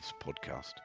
podcast